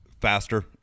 faster